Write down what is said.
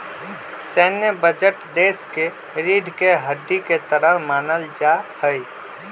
सैन्य बजट देश के रीढ़ के हड्डी के तरह मानल जा हई